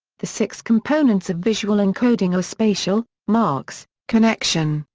the six components of visual encoding are spatial, marks, connection,